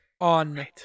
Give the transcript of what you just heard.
on